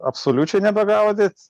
absoliučiai nebegaudyt